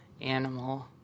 animal